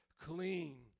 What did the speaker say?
Clean